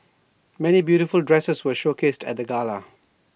many beautiful dresses were showcased at the gala